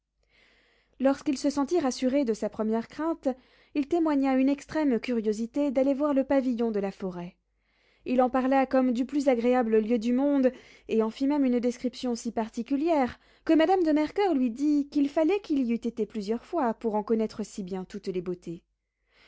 lorsqu'il se sentit rassuré de sa première crainte il témoigna une extrême curiosité d'aller voir le pavillon de la forêt il en parla comme du plus agréable lieu du monde et en fit même une description si particulière que madame de mercoeur lui dit qu'il fallait qu'il y eût été plusieurs fois pour en connaître si bien toutes les beautés